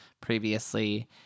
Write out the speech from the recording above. previously